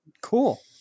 Cool